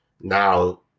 now